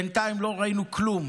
בינתיים לא ראינו כלום